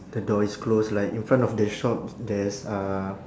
the door is closed like in front of the shop there's uh